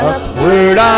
Upward